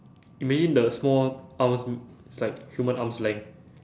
imagine the small arms it's like human arms length